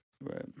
Right